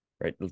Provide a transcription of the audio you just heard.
Right